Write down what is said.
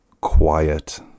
Quiet